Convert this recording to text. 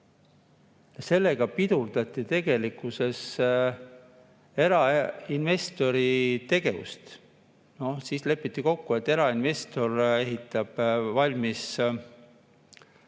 Sellega pidurdati tegelikkuses erainvestori tegevust. Siis lepiti kokku, et erainvestor ehitab valmis haalamiskai